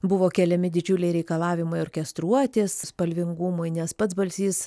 buvo keliami didžiuliai reikalavimai orkestruotės spalvingumui nes pats balsys